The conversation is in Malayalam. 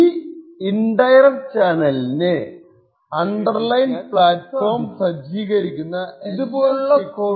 ഈ ഇൻഡയറക്റ്റ് ചാനലിന് അണ്ടർലൈൻഡ് പ്ലാറ്റ്ഫോം സജ്ജീകരിക്കുന്ന എല്ലാ സെക്യൂരിറ്റിയും ബേധിക്കാൻ സാധിക്കും